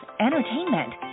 entertainment